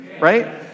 Right